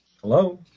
Hello